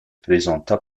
présenta